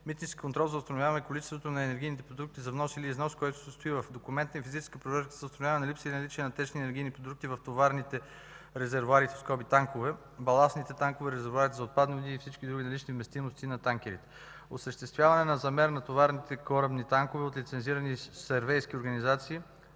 митнически контрол за установяване количеството на енергийните продукти за внос или за износ, който се състои в документна и физическа проверка за установяване на липси и наличие на течни енергийни продукти в товарните резервоари (танкове), баластните танкове, резервоарите за отпадни води и всички други различни вместимости на танкерите, осъществяване на замер на товарните корабни танкове от лицензирани сървейорски организации